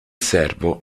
servo